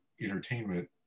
entertainment